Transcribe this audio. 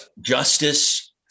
Justice